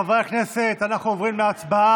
חברי הכנסת, אנחנו עוברים להצבעה.